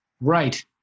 Right